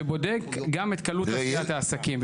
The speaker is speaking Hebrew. שבודק גם את קלות עשיית העסקים.